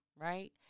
right